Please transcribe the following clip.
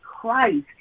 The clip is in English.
Christ